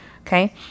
Okay